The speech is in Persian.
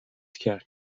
کرد